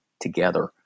together